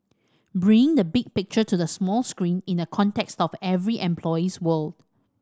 bring the big picture to the small screen in the context of every employee's world